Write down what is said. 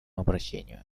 обращению